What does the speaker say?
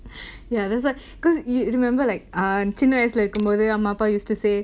yeah that's right cause you remember like ah சின்ன இருக்கும் போது அம்மா அப்பா:chinna vayasula irukkum pothu amma appa used to say